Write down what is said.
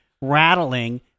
rattling